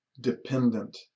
dependent